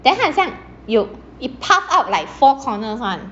then 它很像有 it puff out like four corners one